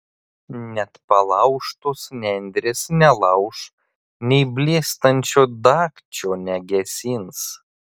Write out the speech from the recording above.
net palaužtos nendrės nelauš nei blėstančio dagčio negesins